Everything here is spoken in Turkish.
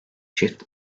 çift